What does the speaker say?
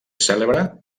cèlebre